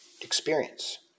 experience